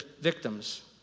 victims